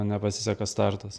nepasiseka startas